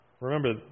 remember